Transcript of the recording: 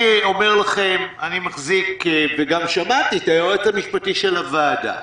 שמעתי את היועץ המשפטי של הוועדה,